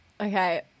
Okay